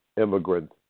immigrant